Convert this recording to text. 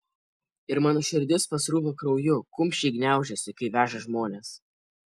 ir mano širdis pasrūva krauju kumščiai gniaužiasi kai veža žmones